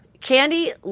Candy